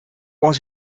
was